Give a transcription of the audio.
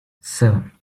seven